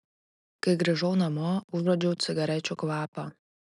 kai grįžau namo užuodžiau cigarečių kvapą